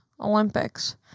Olympics